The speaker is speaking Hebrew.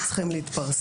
הן צריכות להתפרסם.